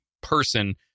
person